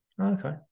Okay